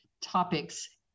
topics